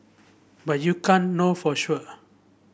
but you can't know for sure